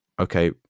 okay